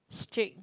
strict